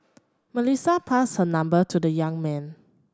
Melissa passed her number to the young man